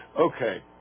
Okay